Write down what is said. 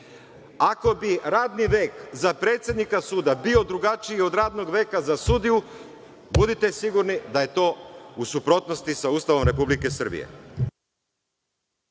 bi radni vek za predsednika suda bio drugačiji od radnog veka za sudiju, budite sigurni da je to u suprotnosti sa Ustavom Republike Srbije.